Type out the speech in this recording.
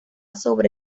sobre